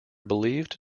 believed